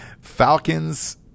Falcons